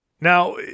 Now